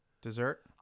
Dessert